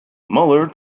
muller